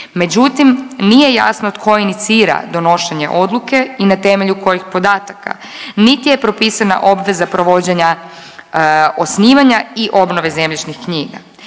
međutim nije jasno tko inicira donošenje odluke i na temelju kojih podataka, niti je propisana obveza provođenja osnivanja i obnove zemljišnih knjiga,